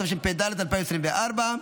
התשפ"ד 2024,